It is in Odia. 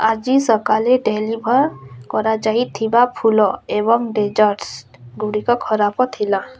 ଆଜି ସକାଳେ ଡେଲିଭର୍ କରାଯାଇଥିବା ଫୁଲ ଏବଂ ଡେଜର୍ଟ୍ସଗୁଡ଼ିକ ଖରାପ ଥିଲା